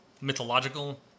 mythological